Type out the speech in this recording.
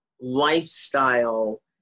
lifestyle